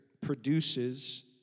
produces